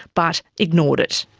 but ignored it.